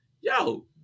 Yo